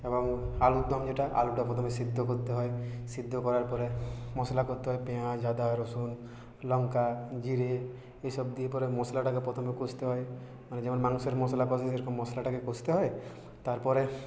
এবং আলুর দম যেটা আলুটা প্রথমে সেদ্ধ করতে হয় সেদ্ধ করার পরে মশলা করতে হয় পেঁয়াজ আদা রসুন লংকা জিরে এসব দিয়ে পরে মশলাটাকে প্রথমে কষতে হয় মানে যেমন মাংসের মশলা কষে সেরকম মশলাটাকে কষতে হয় তারপরে